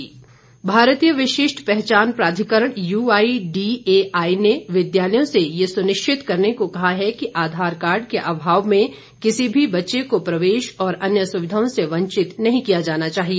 आधार card भारतीय विशिष्ट पहचान प्राधिकरण U I D A I ने विद्यालयों से यह सुनिश्चित करने को कहा है कि आधार कार्ड के अभाव में किसी भी बच्चे को प्रवेश और अन्य सुविधाओं से वंचित नहीं किया जाना चाहिए